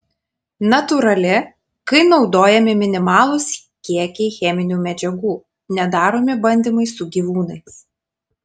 natūrali kai naudojami minimalūs kiekiai cheminių medžiagų nedaromi bandymai su gyvūnais